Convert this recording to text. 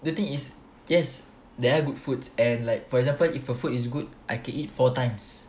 the thing is yes there are good foods and like for example if a food is good I can eat four times